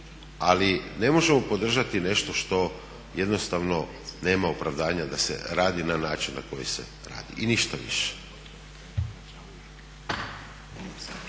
ali ne možemo podržati nešto što jednostavno nema opravdanja da se radi na način na koji se radi i ništa više.